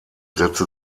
setzte